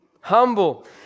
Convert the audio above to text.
Humble